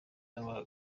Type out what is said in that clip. aba